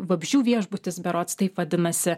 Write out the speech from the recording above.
vabzdžių viešbutis berods taip vadinasi